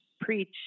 Preach